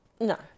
No